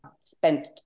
spent